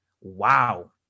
wow